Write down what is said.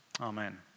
Amen